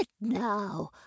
now